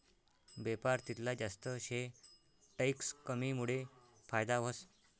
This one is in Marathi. बेपार तितला जास्त शे टैक्स कमीमुडे फायदा व्हस